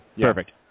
Perfect